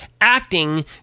acting